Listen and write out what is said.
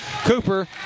Cooper